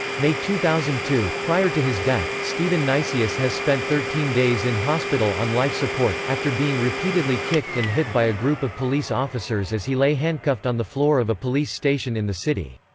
may two thousand and two prior to his death, stephen neisius has spent thirteen days in hospital on life support, after being repeatedly kicked and hit by a group of police officers as he lay handcuffed on the floor of a police station in the city.